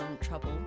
trouble